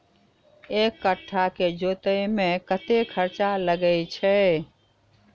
एक कट्ठा केँ जोतय मे कतेक खर्चा लागै छै?